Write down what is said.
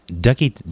Ducky